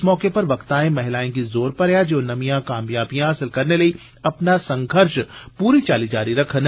इस मौके उप्पर वक्तायें महिलायें गी जोर भरेआ जे ओ नमियां कामयाबियां हासल करने लेई अपना संघर्ष पूरी चाल्ली जारी रक्खन